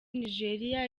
nigeria